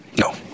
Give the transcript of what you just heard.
No